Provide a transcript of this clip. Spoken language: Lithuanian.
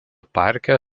parke